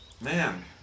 man